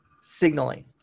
signaling